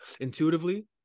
intuitively